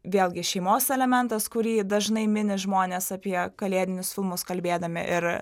vėlgi šeimos elementas kurį dažnai mini žmonės apie kalėdinius filmus kalbėdami ir